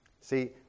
See